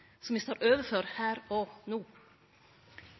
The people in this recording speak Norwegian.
som me står overfor her og no?